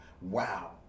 wow